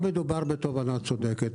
מדובר בתובענה צודקת.